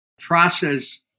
process